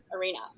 Arena